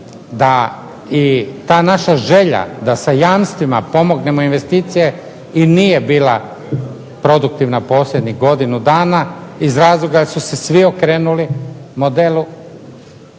da i ta naša želja da sa jamstvima pomognemo investicije i nije bila produktivna posljednjih godinu dana, iz razloga jer su se svi okrenuli modelu